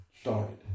started